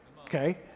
Okay